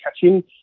catching